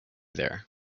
there